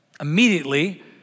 Immediately